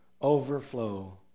overflow